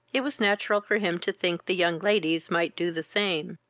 it was natural for him to think the young ladies might do the same.